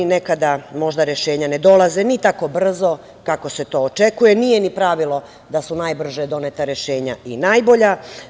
Nekada možda rešenja ne dolaze ni tako brzo, kako se to očekuje, nije ni pravilo da su najbrže doneta rešenja i najbolja.